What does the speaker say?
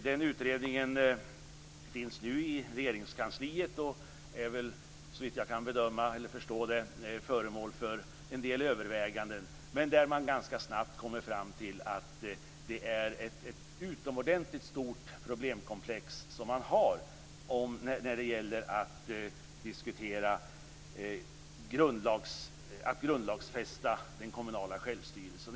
Den utredningen finns nu i Regeringskansliet, och den är såvitt jag kan förstå föremål för en del överväganden. Man kommer dock ganska snabbt fram till att det är ett utomordentligt stort problemkomplex som man har när det gäller diskussionen om att grundlagsfästa den kommunala självstyrelsen.